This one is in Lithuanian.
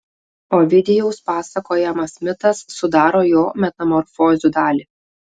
ovidijaus pasakojamas mitas sudaro jo metamorfozių dalį